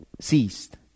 ceased